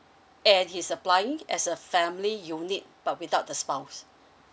and his applying as a family unit but without the spouse